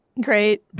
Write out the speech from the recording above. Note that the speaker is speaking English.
Great